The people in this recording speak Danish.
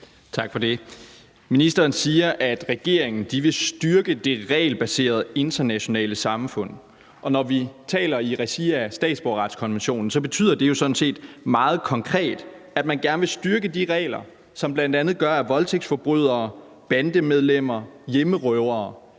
Tak for det. Ministeren siger, at regeringen vil styrke det regelbaserede internationale samfund, og når vi taler i regi af statsborgerretskonventionen, betyder det jo sådan set meget konkret, at man gerne vil styrke de regler, som bl.a. gør, at voldtægtsforbrydere, bandemedlemmer og hjemmerøvere